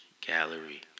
gallery